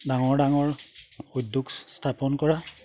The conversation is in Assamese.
ডাঙৰ ডাঙৰ উদ্যোগ স্থাপন কৰা